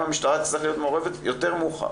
המשטרה תצטרך להיות מעורבת יותר מאוחר,